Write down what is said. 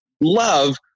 love